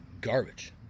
Garbage